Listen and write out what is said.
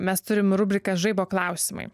mes turim rubriką žaibo klausimai